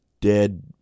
dead